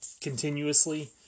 continuously